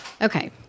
Okay